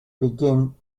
begin